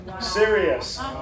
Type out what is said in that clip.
Serious